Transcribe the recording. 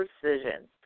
precision